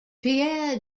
pierre